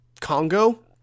Congo